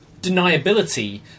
Deniability